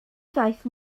ddaeth